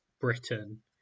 Britain